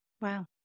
Wow